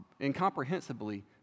incomprehensibly